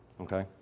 okay